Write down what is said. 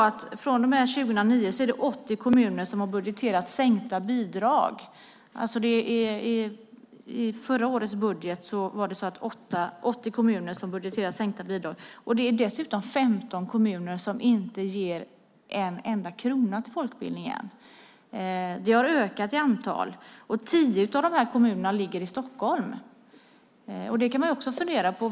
Men från och med 2009 är det också 80 kommuner som har budgeterat sänkta bidrag. I förra årets budget var det alltså 80 kommuner som budgeterade sänkta bidrag. Det är dessutom 15 kommuner som inte ger en enda krona till folkbildningen. De har ökat i antal. Tio av de här kommunerna ligger i Stockholm. Detta kan man också fundera på.